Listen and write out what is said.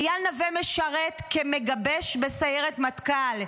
איל נוה משרת כמגבש בסיירת מטכ"ל,